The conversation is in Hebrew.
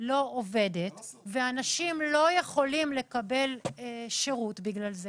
לא עובדת ואנשים לא יכולים לקבל שירות בגלל זה